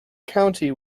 county